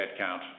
headcount